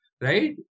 right